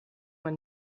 man